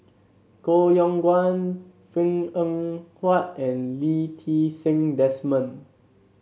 Koh Yong Guan Png Eng Huat and Lee Ti Seng Desmond